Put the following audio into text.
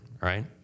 Right